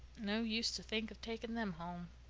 no use to think of taking them home.